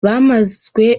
bamazwe